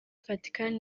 vatican